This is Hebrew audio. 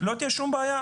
לא תהיה שום בעיה,